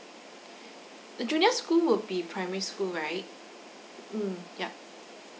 the junior school would be primary school right mm yup